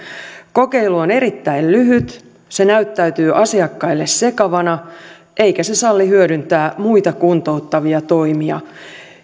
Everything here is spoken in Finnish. kokeilu on erittäin lyhyt se näyttäytyy asiakkaille sekavana eikä se salli hyödyntää muita kuntouttavia toimia